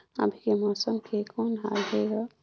अभी के मौसम के कौन हाल हे ग?